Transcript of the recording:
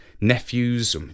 nephews